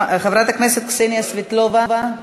חברת הכנסת קסניה סבטלובה,